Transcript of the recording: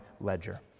ledger